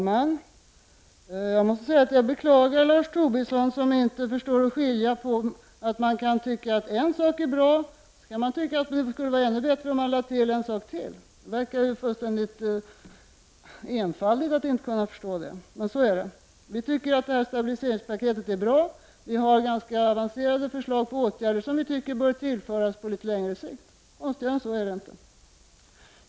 Herr talman! Jag beklagar Lars Tobisson som inte förstår att man kan tycka att en sak är bra men att det skulle vara ännu bättre om man lade till ytterligare en sak. Vi tycker att det här stabiliseringsprojektet är bra, och vi har samtidigt ganska avancerade förslag på vad vi tycker bör tillföras på litet längre sikt. Konstigare än så är det inte.